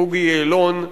בוגי יעלון,